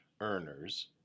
earners